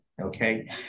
Okay